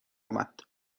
آمد